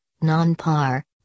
non-par